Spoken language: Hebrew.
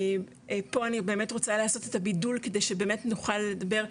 פה אני באמת רוצה לעשות את הבידול כדי שבאמת נוכל לדבר,